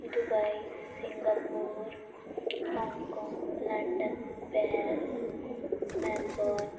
Dubai Singapore Hong Kong London Paris Melbourne